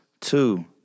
two